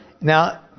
Now